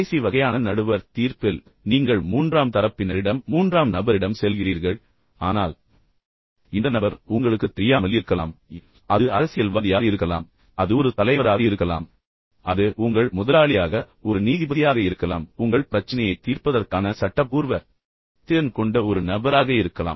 கடைசி வகையான நடுவர் தீர்ப்பில் அதாவது நீங்கள் மூன்றாம் தரப்பினரிடம் மீண்டும் மூன்றாம் நபரிடம் செல்கிறீர்கள் ஆனால் இந்த நபர் உங்களுக்குத் தெரியாமல் இருக்கலாம் அது அரசியல்வாதியாக இருக்கலாம் அது ஒரு தலைவராக இருக்கலாம் அது அது உங்கள் முதலாளியாக இருக்கலாம் அது ஒரு நீதிபதியாக இருக்கலாம் உங்கள் பிரச்சினையைத் தீர்ப்பதற்கான சட்டப்பூர்வ திறன் கொண்டவர் என்று நீங்கள் நம்பும் ஒரு நபராக இருக்கலாம்